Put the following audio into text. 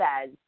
says